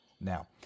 now